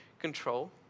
control